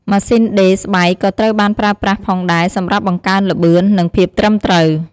ម៉ាស៊ីនដេរស្បែកក៏ត្រូវបានប្រើប្រាស់ផងដែរសម្រាប់បង្កើនល្បឿន និងភាពត្រឹមត្រូវ។